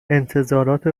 انتظارات